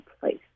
place